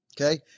Okay